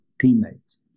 teammates